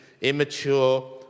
Immature